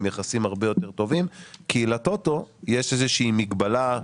יחסים הרבה יותר טובים כי ל-טוטו יש איזושהי מגבלה.